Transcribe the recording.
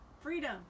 Freedom